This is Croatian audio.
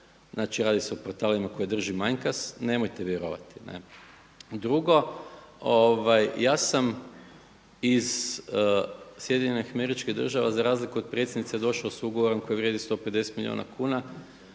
znači se o portalima koje drži Manjkas nemojte vjerovati. Drugo, ja sam iz Sjedinjenih Američkih Država za razliku od predsjednice došao s ugovorom koji vrijedi 150 milijuna kuna